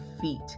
feet